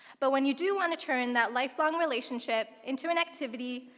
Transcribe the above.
but when you do wanna turn that lifelong relationship into an activity,